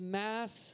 mass